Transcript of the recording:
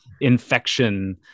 infection